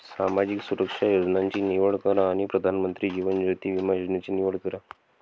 सामाजिक सुरक्षा योजनांची निवड करा आणि प्रधानमंत्री जीवन ज्योति विमा योजनेची निवड करा